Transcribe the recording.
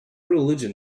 religion